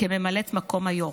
כממלאת מקום היו"ר.